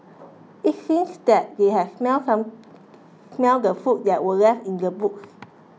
it seemed that they had smelt some smelt the food that were left in the boot